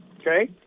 Okay